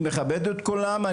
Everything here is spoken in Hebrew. אני מכבד את כולם,